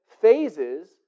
phases